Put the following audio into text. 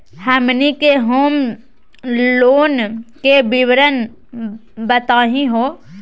हमनी के home loan के विवरण बताही हो?